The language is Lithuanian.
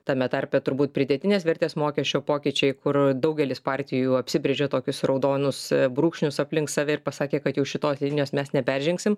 tame tarpe turbūt pridėtinės vertės mokesčio pokyčiai kur daugelis partijų apsibrėžė tokius raudonus brūkšnius aplink save ir pasakė kad jau šitos linijos mes neperžengsim